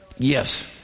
Yes